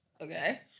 Okay